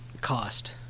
cost